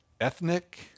ethnic